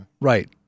Right